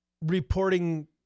reporting